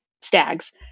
stags